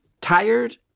tired